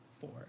four